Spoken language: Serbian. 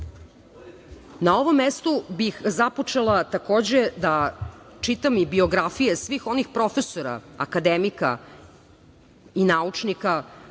ovom mestu bih započela takođe da čitam i biografije svih onih profesora, akademika i naučnika